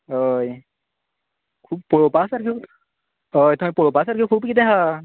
हय खूब पळोपा सारकें हय थंय पळोपा सारकें खूब किदें आसा